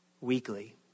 weekly